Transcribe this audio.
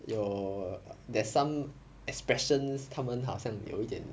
有 uh there's some expressions 他们好像有一点